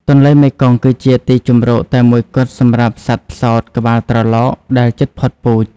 ទន្លេមេគង្គគឺជាទីជម្រកតែមួយគត់សម្រាប់សត្វផ្សោតក្បាលត្រឡោកដែលជិតផុតពូជ។